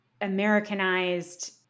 Americanized